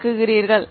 ஆக்குகிறீர்கள்